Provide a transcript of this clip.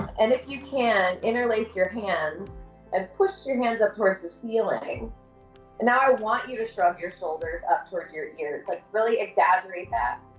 and if you can, interlace your hands and push your hands up toward the ceiling. and now i want you to shrug your shoulders up towards your ears, like, really exaggerate that,